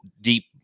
deep